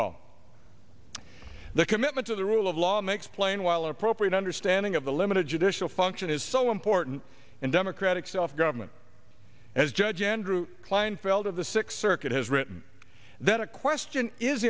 all the commitment to the rule of law makes plain while appropriate understanding of the limited judicial function is so important in democratic self government as judge andrew kleinfeld of the six circuit has written that a question is